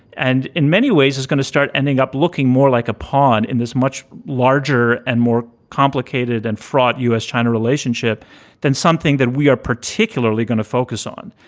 and in many ways, it's going to start ending up looking more like a pawn in this much larger and more complicated and fraught u s. china relationship than something that we are particularly going to focus on.